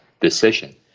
decision